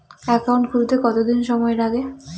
Account খুলতে কতদিন সময় লাগে?